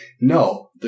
no